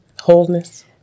wholeness